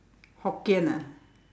Hokkien ah